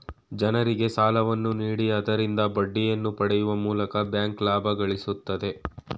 ಜನರಿಗೆ ಸಾಲವನ್ನು ನೀಡಿ ಆದರಿಂದ ಬಡ್ಡಿಯನ್ನು ಪಡೆಯುವ ಮೂಲಕ ಬ್ಯಾಂಕ್ ಲಾಭ ಗಳಿಸುತ್ತದೆ